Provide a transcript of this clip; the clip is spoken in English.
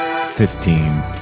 Fifteen